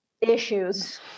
issues